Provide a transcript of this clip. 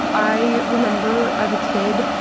i remember, as a kid,